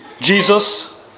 Jesus